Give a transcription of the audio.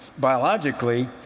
biologically,